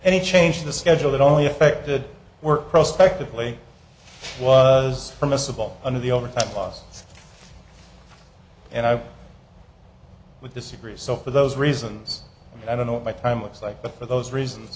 any change the schedule that only affected work prospect a plea was permissible under the overtime costs and i would disagree so for those reasons i don't know what my time was like but for those reasons